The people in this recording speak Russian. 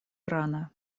ирана